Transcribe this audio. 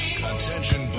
Attention